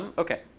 um ok.